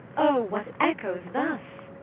oh, what echoes thus?